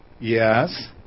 yes